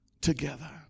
together